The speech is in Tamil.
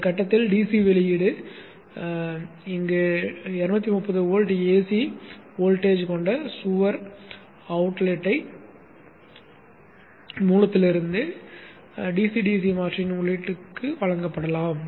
இந்த கட்டத்தில் DC வெளியீடு அதனால் 230 வோல்ட் ஏசி வோல்டேஜ் கொண்ட சுவர் அவுட்லெட் மூலத்திலிருந்து DC DC மாற்றியின் உள்ளீட்டிற்கு வழங்கப்படலாம்